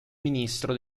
ministro